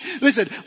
Listen